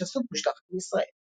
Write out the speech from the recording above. בהשתתפות משלחת מישראל.